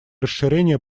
расширение